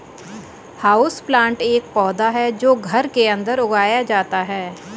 houseplant एक पौधा है जो घर के अंदर उगाया जाता है